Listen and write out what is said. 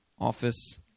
office